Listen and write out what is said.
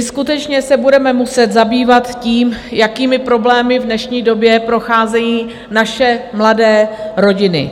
Skutečně se budeme muset zabývat tím, jakými problémy v dnešní době procházejí naše mladé rodiny.